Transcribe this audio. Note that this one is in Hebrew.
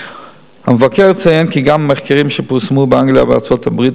המבקר ציין כי גם מחקרים שפורסמו באנגליה ובארצות-הברית